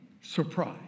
surprise